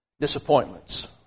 disappointments